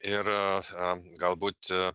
ir a galbūt